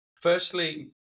Firstly